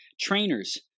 Trainers